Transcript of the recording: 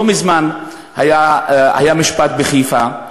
לא מזמן היה משפט בחיפה,